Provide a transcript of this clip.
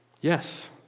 Yes